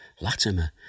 Latimer